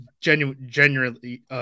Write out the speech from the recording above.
genuinely